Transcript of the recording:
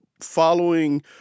following